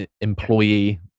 employee